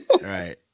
right